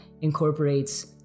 incorporates